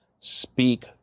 speak